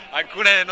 alcune